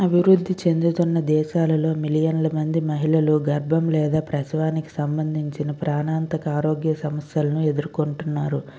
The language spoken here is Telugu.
అభివృద్ధి చెందుతున్న దేశాలలో మిలియన్ల మంది మహిళలు గర్భం లేదా ప్రసవానికి సంబంధించిన ప్రాణాంతక ఆరోగ్య సమస్యలను ఎదుర్కొంటున్నారు